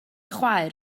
chwaer